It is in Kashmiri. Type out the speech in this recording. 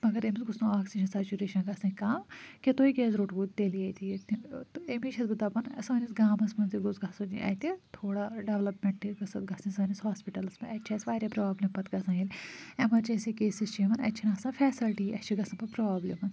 مگر أمِس گٔژھ نہٕ آکسیٖجَن سَچیٛوٗریشَن گژھٕنۍ کَم کیٚنٛہہ تۄہہِ کیٛازِ روٚٹہون تیٚلہِ ییٚتہِ تہٕ أمے چھیٚس بہٕ دَپان سٲنِس گامَس منٛز تہِ گوٚژھ گژھُن یہِ اَتہِ یہِ تھوڑا ڈیٚولَپمیٚنٛٹ گٔژھ اَتھ گٔژھٕنۍ سٲنِس ہاسپِٹَلَس منٛز اَتہِ چھِ اسہِ پتہٕ واریاہ پرٛابلِم پتہٕ گژھان ییٚلہِ ایٚمَرجنسی کیسِز چھِ یِوان اَتہِ چھَنہٕ آسان فیسلٹی اسہِ چھِ گژھان پتہٕ پرٛابلِم